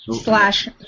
slash